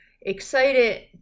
excited